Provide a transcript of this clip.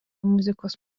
muzikos